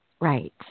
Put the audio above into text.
Right